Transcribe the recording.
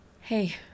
Hey